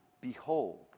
Behold